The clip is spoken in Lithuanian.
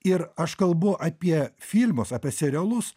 ir aš kalbu apie filmus apie serialus